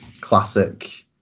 classic